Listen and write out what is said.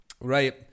right